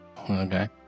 Okay